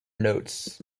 notes